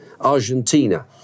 Argentina